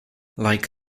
like